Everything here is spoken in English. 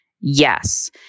Yes